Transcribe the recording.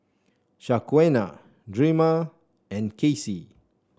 Shaquana Drema and Kasey